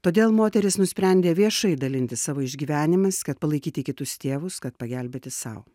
todėl moteris nusprendė viešai dalintis savo išgyvenimais kad palaikyti kitus tėvus kad pagelbėti sau